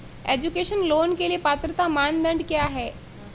Education loan के लिए पात्रता मानदंड क्या है?